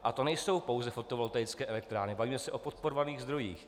A to nejsou pouze fotovoltaické elektrárny, bavíme se o podporovaných zdrojích.